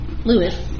Lewis